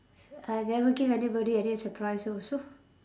I never give anybody any surprise also